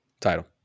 Title